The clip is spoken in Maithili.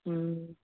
हूँ